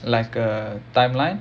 like a timeline